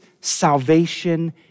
salvation